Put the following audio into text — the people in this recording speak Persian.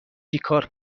چکار